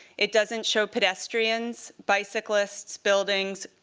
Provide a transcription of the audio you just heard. it doesn't show pedestrians, bicyclists, buildings,